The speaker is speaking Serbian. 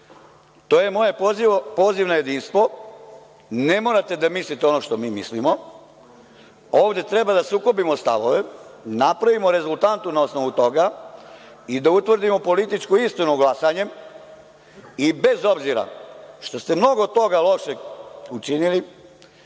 To je moj poziv na jedinstvo. Ne morate da mislite ono što mi mislimo. Ovde treba da sukobimo stavove, napravimo rezultantu na osnovu toga i da utvrdimo političku istinu glasanjem i, bez obzira što ste mnogo toga lošeg učinili,